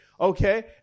Okay